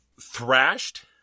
thrashed